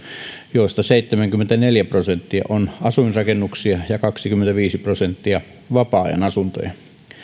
joista seitsemänkymmentäneljä prosenttia on asuinrakennuksia ja kaksikymmentäviisi prosenttia vapaa ajanasuntoja